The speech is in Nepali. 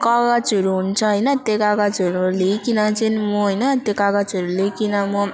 कागजहरू हुन्छ होइन त्यो कागजहरू लिइकन चाहिँ म होइन त्यो कागजहरू लिइकन म